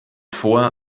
vor